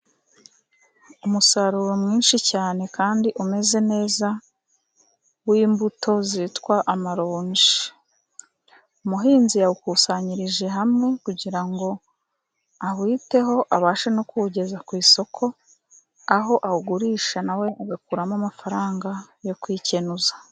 Umusaruro mwinshi cyane kandi umeze neza w'imbuto zitwa amaronji. Umuhinzi yawukusanyirije hamwe kugira ngo awiteho abashe no kuwugeza ku isoko, aho awugurisha na we agakuramo amafaranga yo kwikenuza.